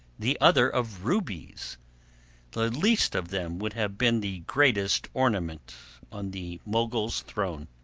the other of rubies the least of them would have been the greatest ornament on the mogul's throne.